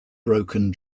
broken